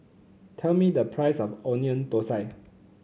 tell me the price of Onion Thosai